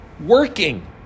working